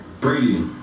Brady